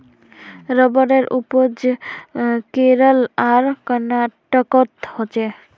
रबरेर उपज केरल आर कर्नाटकोत होछे